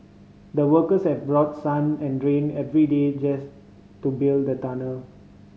the workers have brought sun and rain every day just to build the tunnel